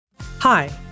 Hi